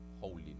holiness